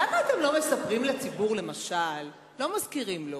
למה אתם לא מספרים לציבור, לא מזכירים לו